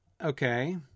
Okay